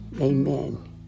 amen